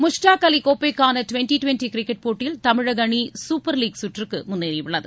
முஸ்தாக் அலி கோப்பைக்கான twenty twenty cricket போட்டியில் தமிழக அணி சூப்பர் லீக் சுற்றுக்கு முன்னேறியுள்ளது